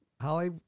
holly